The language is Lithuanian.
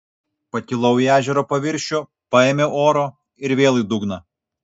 pakilau į ežero paviršių paėmiau oro ir vėl į dugną